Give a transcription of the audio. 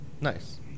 nice